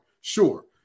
Sure